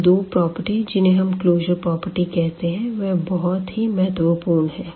यह दो प्रॉपर्टी जिन्हें हम क्लोज़र प्रॉपर्टी कहते है वह बहुत ही महत्वपूर्ण है